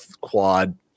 quad